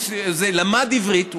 הוא למד עברית,